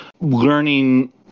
learning